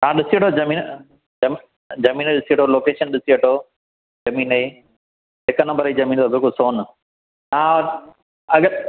तव्हां ॾिसी वठो ज़मीन ज़मीन ॾिसी वठो लोकेशन ॾिसी वठो ज़मीन जी हिकु नम्बर जी ज़मीन अथव बिल्कुल सोनु तव्हां अॻे